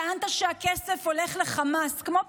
טענת שהכסף הולך לחמאס, כמו פחדן.